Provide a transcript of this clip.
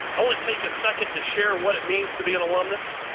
i wanna take a second to share what it means to be an alumnus.